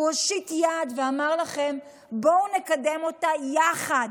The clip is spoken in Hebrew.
הוא הושיט יד ואמר לכם: בואו נקדם אותה יחד